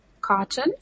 carton